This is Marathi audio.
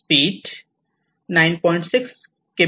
स्पीड 9